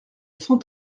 cent